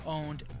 owned